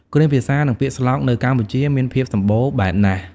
គ្រាមភាសានិងពាក្យស្លោកនៅកម្ពុជាមានភាពសម្បូរបែបណាស់។